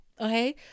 okay